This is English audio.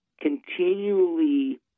continually